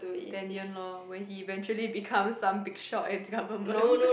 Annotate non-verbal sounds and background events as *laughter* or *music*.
lor when he eventually become some big shot in government *laughs*